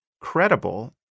credible